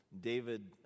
David